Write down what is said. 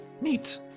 Neat